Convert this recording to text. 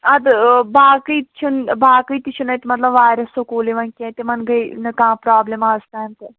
اَدٕ باقٕے چھُنہٕ باقٕے تہِ چھُنہٕ اَتہِ مطلب واریاہ سکوٗل یِوان کینٛہہ تِمَن گٔے نہٕ کانٛہہ پرابلِم اَز تانۍ تہٕ